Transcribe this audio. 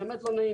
באמת לא נעים,